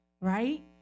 right